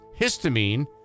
histamine